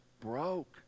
broke